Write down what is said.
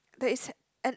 there's an an